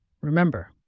Remember